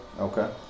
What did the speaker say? Okay